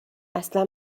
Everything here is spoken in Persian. اصلا